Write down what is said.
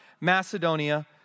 Macedonia